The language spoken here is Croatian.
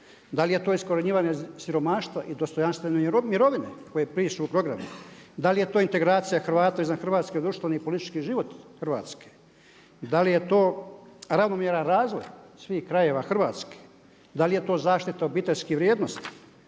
Da li je to iskorjenjivanje siromaštva i dostojanstvene mirovine koje pišu u programu? Da li je to integracija Hrvata izvan Hrvatske u društveni i politički život Hrvatske? Da li je to ravnomjeran razvoj svih krajeva Hrvatske? Da li je to zaštita obiteljskih vrijednosti,